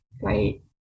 Great